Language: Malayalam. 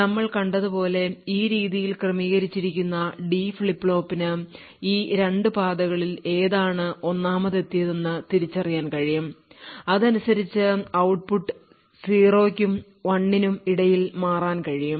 നമ്മൾ കണ്ടതുപോലെ ഈ രീതിയിൽ ക്രമീകരിച്ചിരിക്കുന്ന ഡി ഫ്ലിപ്പ് ഫ്ലോപ്പിന് ഈ 2 പാതകളിൽ ഏതാണ് ഒന്നാമതെത്തിയതെന്ന് തിരിച്ചറിയാൻ കഴിയും അതിനനുസരിച്ച് ഔട്ട്പുട്ട് 0 നും 1 നും ഇടയിൽ മാറാൻ കഴിയും